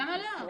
למה לא?